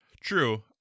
true